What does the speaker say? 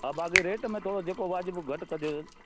हा बाक़ी रेट में थोरो जेको वाजिबु हुजे घटि कजो